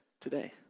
today